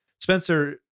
Spencer